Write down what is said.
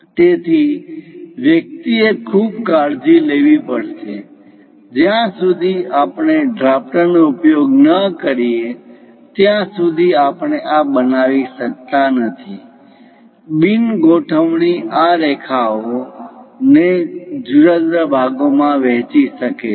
તેથી વ્યક્તિ એ ખૂબ કાળજી લેવી પડશે જ્યાં સુધી આપણે ડ્રાફ્ટર નો ઉપયોગ ન કરીએ ત્યાં સુધી આપણે આ બનાવી શકતા નથી બિન ગોઠવણી આ રેખાઓ ને જુદા જુદા ભાગોમાં વહેંચી શકે છે